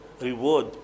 reward